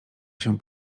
się